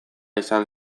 izan